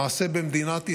למעשה, במדינת ישראל,